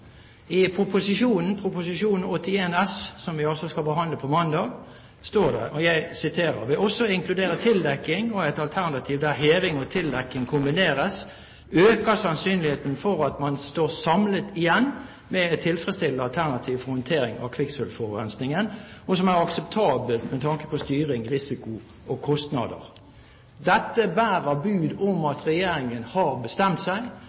I Prop. 81 S for 2009–2010, som vi skal behandle mandag, står det: «Ved også å inkludere tildekking og et alternativ der heving og tildekking kombineres, øker sannsynligheten for at man står samlet sett igjen med tilfredsstillende alternativ for håndtering av kvikksølvforurensningen» – og som – «er akseptabelt med tanke på styring, risiko og kostnader.» Dette bærer bud om at regjeringen har bestemt seg.